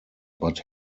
but